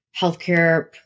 healthcare